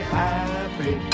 happy